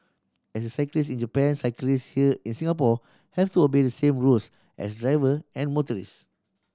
as the cyclists in Japan cyclists here in Singapore have to obey the same rules as driver and motorcyclists